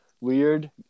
weird